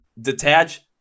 detach